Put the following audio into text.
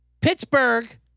Pittsburgh